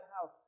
house